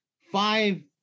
five